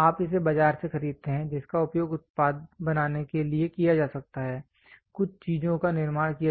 आप इसे बाजार से खरीदते हैं जिसका उपयोग उत्पाद बनाने के लिए किया जा सकता है कुछ चीजों का निर्माण किया जाता है